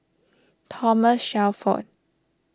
Thomas Shelford